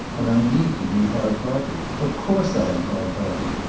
and i need to be hard-hearted. of course i am hard-hearted.